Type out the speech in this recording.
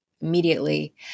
Immediately